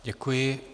Děkuji.